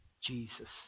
Jesus